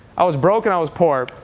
i was broke, and i was poor.